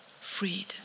freed